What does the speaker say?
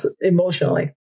emotionally